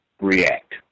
react